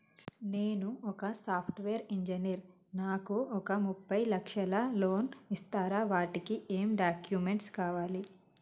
నేను ఒక software engineer నాకు ఒక ముప్పై లక్షల లోన్ ఇస్తరా? వాటికి ఏం డాక్యుమెంట్స్ కావాలి?